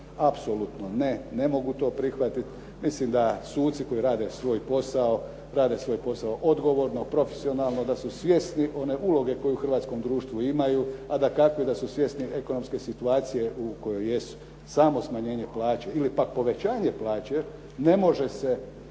Apsolutno ne, ne mogu to prihvatiti. Mislim da suci koji rade svoj posao, rade svoj posao odgovorno profesionalno, da su svjesni one uloge koje u hrvatskom društvu imaju, a dakako da su svjesni ekonomske situacije u kojoj jesu. Samo smanjenje plaće ili pak povećanje plaće ne može se